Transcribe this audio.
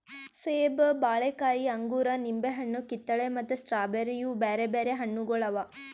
ಸೇಬ, ಬಾಳೆಕಾಯಿ, ಅಂಗೂರ, ನಿಂಬೆ ಹಣ್ಣು, ಕಿತ್ತಳೆ ಮತ್ತ ಸ್ಟ್ರಾಬೇರಿ ಇವು ಬ್ಯಾರೆ ಬ್ಯಾರೆ ಹಣ್ಣುಗೊಳ್ ಅವಾ